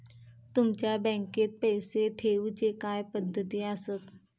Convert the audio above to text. तुमच्या बँकेत पैसे ठेऊचे काय पद्धती आसत?